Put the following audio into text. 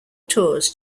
tours